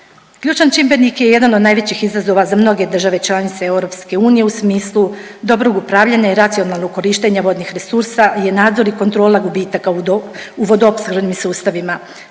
Ključan čimbenik je jedan od najvećih izazova za mnoge države članice EU u smislu dobrog upravljanja i racionalnog korištenja vodnih resursa je nadzor i kontrola gubitaka u vodoopskrbnim sustavima.